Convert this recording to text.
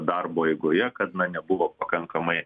darbo eigoje kad na nebuvo pakankamai